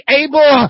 able